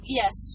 yes